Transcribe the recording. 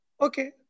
okay